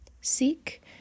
Seek